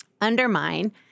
undermine